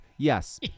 Yes